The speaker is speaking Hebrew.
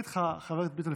חבר הכנסת ביטון,